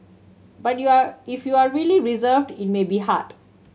but you are if you are really reserved it may be hard